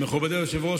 מכובדי היושב-ראש,